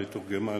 מתורגמן,